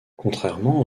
contrairement